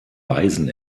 weisen